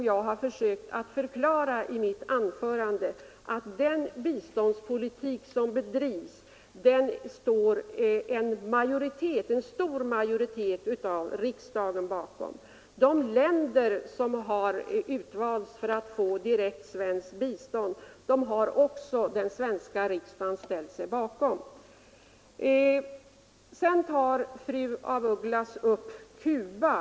Jag har försökt förklara i mitt anförande att den biståndspolitik som bedrivs står en stor majoritet av riksdagen bakom. Och riksdagen har också ställt sig bakom valet av de länder som skall få direkt svenskt bistånd. Fru af Ugglas tar upp frågan om Cuba.